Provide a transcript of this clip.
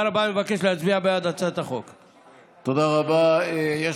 תודה רבה, אני מבקש להצביע בעד הצעת החוק.